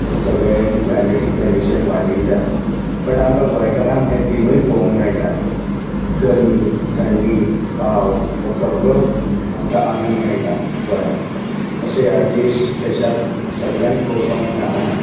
हे सगळे climatic condition वांटिल्ले आसा बट आमकां गोंयकारांक हे तिनूय पळोवपाक मेळटा गर्मी थंडी पावस हो सगळो आमकां आनंद मेळटा गोंयां तशें ह्या देश देशांत सगळ्यांक पळोवपाक मेळना